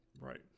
Right